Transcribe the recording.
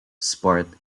sport